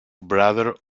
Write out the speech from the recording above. brother